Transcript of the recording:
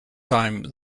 time